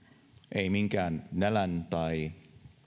ei minkään nälän tai